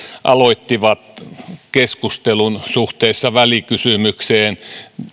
aloittivat keskustelun suhteessa välikysymykseen